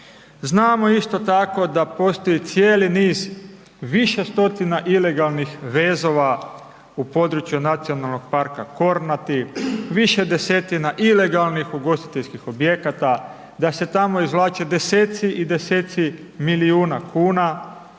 Znamo isto tako da postoji cijeli niz više stotina ilegalnih vezova u području Nacionalnog parka Kornati, više desetina ilegalnih ugostiteljskih objekata, da se tamo izvlače 10-tci i 10-tci milijuna kuna,